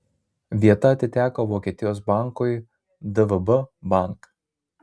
vieta atiteko vokietijos bankui dvb bank